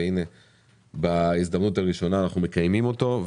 והנה בהזדמנות הראשונה אנחנו מקיימים אותו.